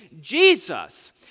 Jesus